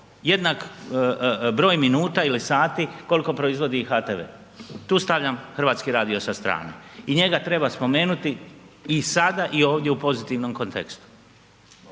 jednak broj minuta ili sati koliko proizvodi HRTV, tu stavljam Hrvatski radio sa strane i njega treba spomenuti i sada i ovdje u pozitivnom kontekstu,